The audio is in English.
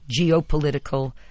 geopolitical